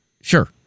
Sure